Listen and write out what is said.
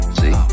see